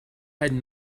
had